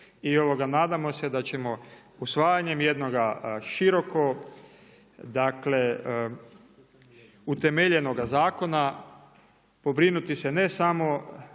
deset i nadamo se da ćemo usvajanjem jednoga široko utemeljenoga zakona, pobrinuti se ne samo